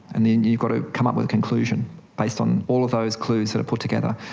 and then you've got to come up with a conclusion based on all of those clues that are put together.